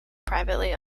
privately